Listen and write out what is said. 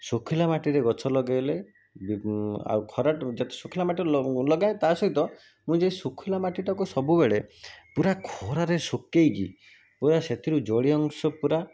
ଶୁଖିଲା ମାଟିରେ ଗଛ ଲଗେଇଲେ ବି ଆଉ ଖରା ଯଦି ଶୁଖିଲା ମାଟିରେ ଲଗାଏ ତା' ସହିତ ମୁଁ ଯେଉଁ ଶୁଖିଲା ମାଟିଟାକୁ ସବୁବେଳେ ପୁରା ଖରାରେ ଶୁଖେଇକି ପୁରା ସେଥିରୁ ଜଳୀୟ ଅଂଶ ପୁରା